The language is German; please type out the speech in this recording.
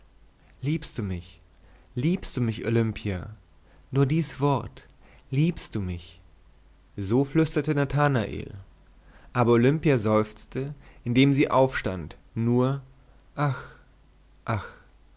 liebst du mich liebst du mich olimpia nur dies wort liebst du mich so flüsterte nathanael aber olimpia seufzte indem sie aufstand nur ach ach